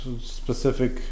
specific